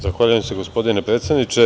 Zahvaljujem se, gospodine predsedniče.